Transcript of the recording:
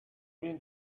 been